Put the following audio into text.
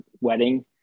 wedding